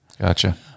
Gotcha